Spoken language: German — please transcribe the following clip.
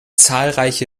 zahlreiche